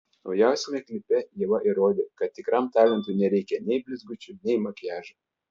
naujausiame klipe ieva įrodė kad tikram talentui nereikia nei blizgučių nei makiažo